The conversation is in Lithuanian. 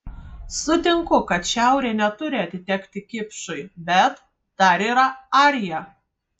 sutinku kad šiaurė neturi atitekti kipšui bet dar yra arija